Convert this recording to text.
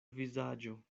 vizaĝo